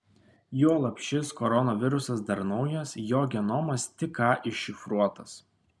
juolab šis koronavirusas dar naujas jo genomas tik ką iššifruotas